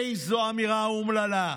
איזו אמירה אומללה.